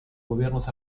gobiernos